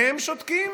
והם שותקים.